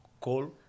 call